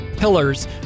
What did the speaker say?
pillars